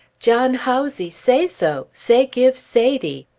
john hawsey say so! say give sady!